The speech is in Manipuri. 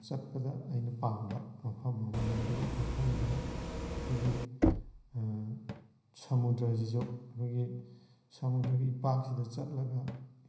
ꯆꯠꯄꯗ ꯑꯩꯅ ꯄꯥꯝꯕ ꯃꯐꯝ ꯑꯃꯅꯤ ꯑꯗꯨꯒ ꯃꯊꯪꯗꯅ ꯑꯩꯈꯣꯏꯒꯤ ꯁꯃꯨꯗ꯭ꯔꯁꯤꯁꯨ ꯑꯩꯈꯣꯏꯒꯤ ꯁꯃꯨꯗ꯭ꯔꯒꯤ ꯏꯄꯥꯛꯁꯤꯗ ꯆꯠꯂꯒ